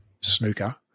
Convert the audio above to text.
snooker